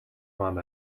маань